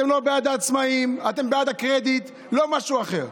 אתם לא בעד העצמאים, אתם בעד הקרדיט, לא משהו אחר.